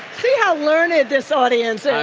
see how learned this audience yeah